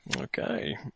Okay